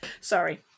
Sorry